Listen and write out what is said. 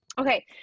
Okay